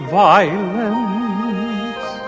violence